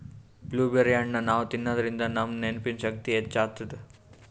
blueberry ಹಣ್ಣ್ ನಾವ್ ತಿನ್ನಾದ್ರಿನ್ದ ನಮ್ ನೆನ್ಪಿನ್ ಶಕ್ತಿ ಹೆಚ್ಚ್ ಆತದ್